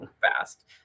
fast